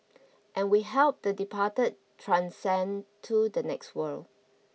and we help the departed transcend to the next world